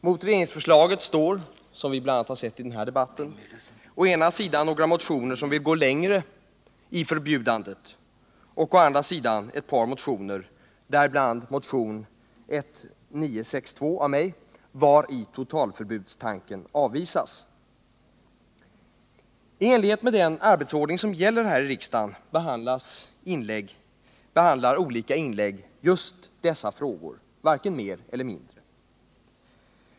Mot regeringsförslaget står — som vi bl.a. hört i denna debatt —-å ena sidan några motioner som vill gå längre i förbjudandet och å andra sidan ett par motioner, däribland motionen 1962 av mig, vari totalförbudstanken avvisas. I enlighet med den arbetsordning som gäller här i riksdagen behandlas i olika inlägg just dessa frågor, varken mer eller mindre.